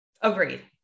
Agreed